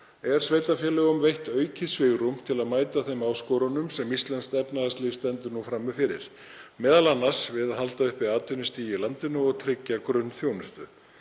er sveitarfélögum veitt aukið svigrúm til að mæta þeim áskorunum sem íslenskt efnahagslíf stendur nú frammi fyrir, m.a. við að halda uppi atvinnustigi í landinu og tryggja grunnþjónustu.